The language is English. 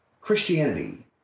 Christianity